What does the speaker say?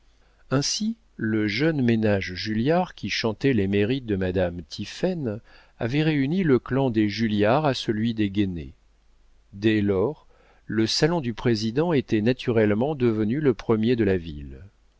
ainsi le jeune ménage julliard qui chantait les mérites de madame tiphaine avait réuni le clan des julliard à celui des guénée dès lors le salon du président était naturellement devenu le premier de la ville